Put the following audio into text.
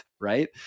right